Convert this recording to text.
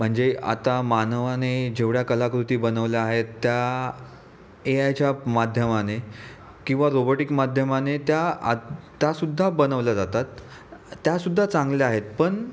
म्हणजे आता मानवाने जेवढ्या कलाकृती बनवल्या आहेत त्या ए आयच्या माध्यमाने किंवा रोबोटिक माध्यमाने त्या आत्तासुद्धा बनवल्या जातात त्यासुद्धा चांगल्या आहेत पण